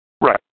Right